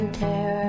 tear